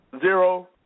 zero